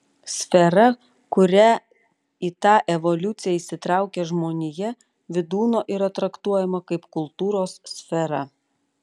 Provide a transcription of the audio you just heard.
sfera kuria į tą evoliuciją įsitraukia žmonija vydūno yra traktuojama kaip kultūros sfera